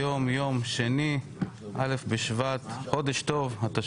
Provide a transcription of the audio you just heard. היום יום שני, א' בשבט התשפ"ג.